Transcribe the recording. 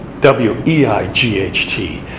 W-E-I-G-H-T